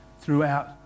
throughout